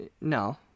no